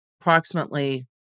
approximately